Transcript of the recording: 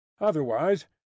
Otherwise